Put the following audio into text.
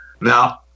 Now